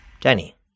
Danny